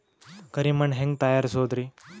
ಕರಿ ಮಣ್ ಹೆಂಗ್ ತಯಾರಸೋದರಿ?